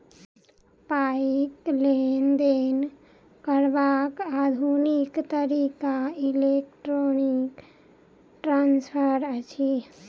पाइक लेन देन करबाक आधुनिक तरीका इलेक्ट्रौनिक ट्रांस्फर अछि